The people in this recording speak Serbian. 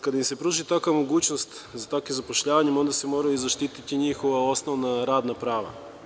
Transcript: Kada se pruži takva mogućnost za takvim zapošljavanjem, onda se moraju zaštiti njihova osnovna radna prava.